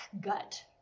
gut